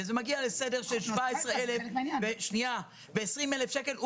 וזה מגיע לסדר של 17,000 ו-20,000 שקל,